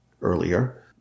earlier